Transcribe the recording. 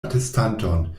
atestanton